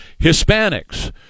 Hispanics